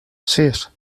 sis